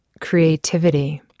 creativity